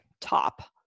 top